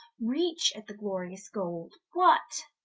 reach at the glorious gold. what,